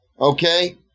okay